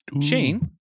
Shane